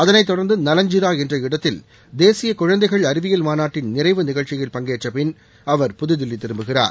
அதனைத் தொடர்ந்து நலஞ்சிரா என்ற இடத்தில் தேசிய குழந்தைகள் அறிவியல் மாநாட்டின் நிறைவு நிகழ்ச்சியில் பங்கேற்றப்பின் அவர் புதுதில்லி திரும்புகிறார்